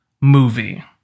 movie